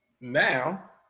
Now